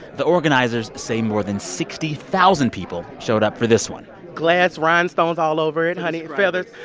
the organizers say more than sixty thousand people showed up for this one glass rhinestones all over it. honey, feathers.